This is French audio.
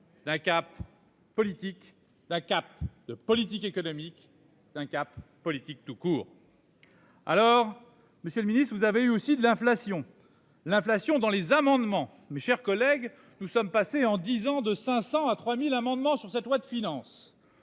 d'un cap politique la. De politique économique d'un cap politique tout court. Alors Monsieur le Ministre, vous avez eu aussi de l'inflation, l'inflation dans les amendements, mes chers collègues, nous sommes passés en 10 ans de 500 à 3000 amendements sur cette loi de finances.